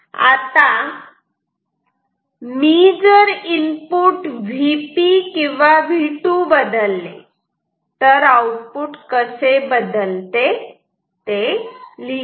आता मी जर इनपुट Vp किंवा V2 बदलले तर आउटपुट कसे बदलते ते लिहितो